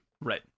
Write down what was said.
Right